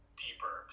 deeper